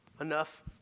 enough